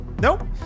Nope